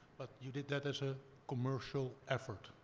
but you did that as a commercial effort?